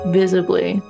visibly